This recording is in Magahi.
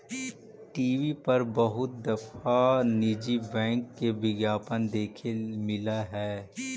टी.वी पर बहुत दफा निजी बैंक के विज्ञापन देखे मिला हई